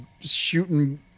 shooting